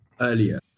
earlier